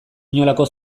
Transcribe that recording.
inolako